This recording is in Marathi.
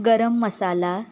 गरम मसाला